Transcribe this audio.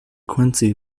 quincy